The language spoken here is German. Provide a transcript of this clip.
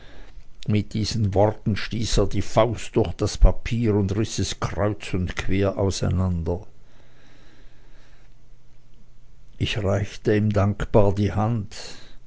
mit diesen worten stieß er die faust durch das papier und riß es kreuz und quer auseinander ich reichte ihm dankbar die hand